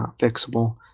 fixable